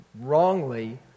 wrongly